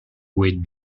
with